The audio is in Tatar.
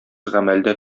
гамәлдә